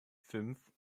fünf